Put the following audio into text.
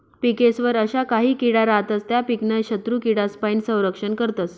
पिकेस्वर अशा काही किडा रातस त्या पीकनं शत्रुकीडासपाईन संरक्षण करतस